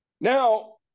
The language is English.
now